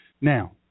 Now